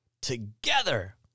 together